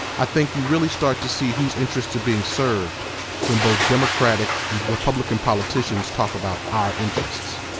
i think you really start to see whose interests are being served when both democratic and republican politicians talk about our interests.